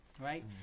right